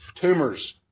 tumors